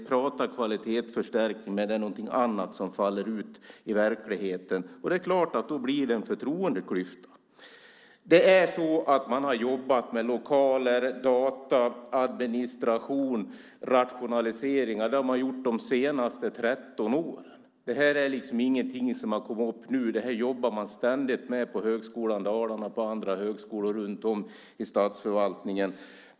Man pratar om kvalitetsförstärkning, men det är någonting annat som faller ut i verkligheten. Det är klart att det då blir en förtroendeklyfta. Man har jobbat med lokaler, data, administration och rationaliseringar de senaste 13 åren. Det här är liksom ingenting som har kommit upp nu. Det här jobbar man ständigt med på Högskolan Dalarna och på andra högskolor runt om i statsförvaltningen.